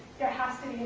there has to